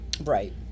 right